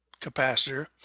capacitor